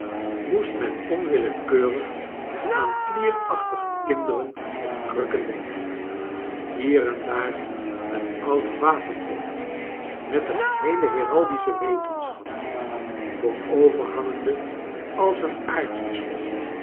moest men onwillekeurig aan klierachtige kinderen op krukken denken hier en daar een oud wapenbord met de geheele heraldische wetenschap vooroverhangende als een